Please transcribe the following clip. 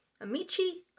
Amici